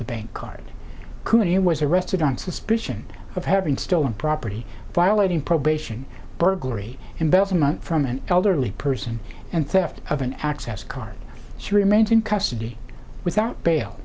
the bank card could he was arrested on suspicion of having stolen property violating probation burglary embezzlement from an elderly person and theft of an access card she remains in custody without bail